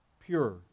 pure